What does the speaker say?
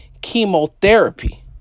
chemotherapy